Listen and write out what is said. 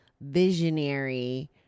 visionary